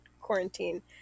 quarantine